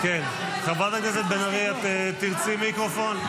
חברת הכנסת בן ארי, תרצי מיקרופון?